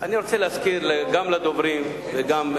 אני רוצה להזכיר גם לדוברים וגם,